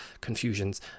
confusions